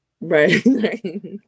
Right